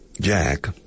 Jack